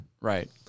Right